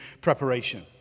preparation